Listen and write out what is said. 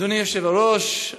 אדוני היושב-ראש,